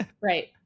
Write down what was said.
Right